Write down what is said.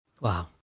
Wow